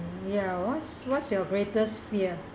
ya what's what's your greatest fear